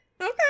Okay